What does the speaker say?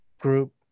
group